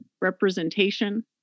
representation